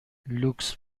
لوکس